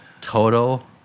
total